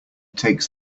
takes